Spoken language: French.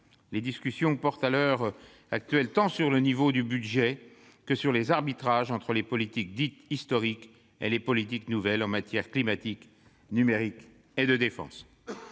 Les discussions portent à l'heure actuelle tant sur le niveau du budget que sur les arbitrages entre les politiques dites « historiques » et les politiques nouvelles, en matière climatique, numérique et de défense.